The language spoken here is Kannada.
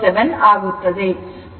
07 ಆಗುತ್ತದೆ